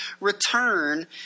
return